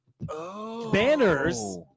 banners